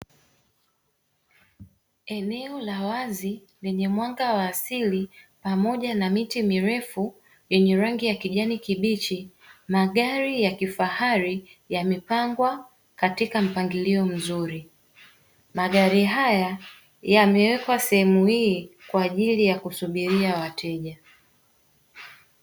Eneo la wazi lenye mwanga wa asili pamoja na miti mirefu yenye rangi ya kijani kibichi, magari ya kifahari yamepangwa katika mpangilio mzuri; magari haya yamewekwa sehemu hii kwa ajili ya kusubiria wateja.